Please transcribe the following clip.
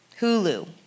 Hulu